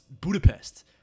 Budapest